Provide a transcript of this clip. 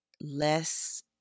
less